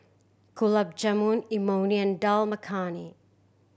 Gulab Jamun Imoni and Dal Makhani